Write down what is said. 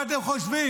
מה אתם חושבים,